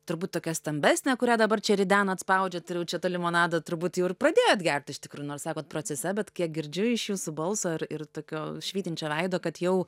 turbūt tokia stambesnė kurią dabar čia ridenat atspaudžiat ir jau čia to limonado turbūt jau ir pradėjot gerti iš tikrųjų nors sakot procese bet kiek girdžiu iš jūsų balso ir ir tokio švytinčio veido kad jau